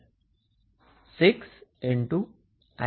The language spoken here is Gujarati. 4i2 2 6 0 લુપ 3 માટે તમને શું મળશે